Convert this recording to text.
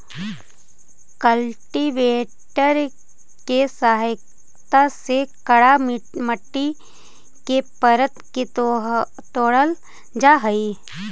cultivator के सहायता से कड़ा मट्टी के परत के तोड़ल जा हई